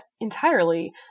entirely